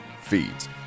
feeds